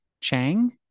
chang